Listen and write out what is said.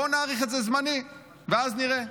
בואו נאריך את זה זמני, ואז נראה.